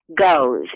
goes